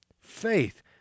Faith